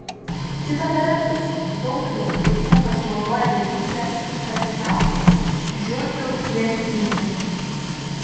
kita vertus daugelis su džiaugsmu pasinaudoja galimybe pasitraukti iš žiurkių lenktynių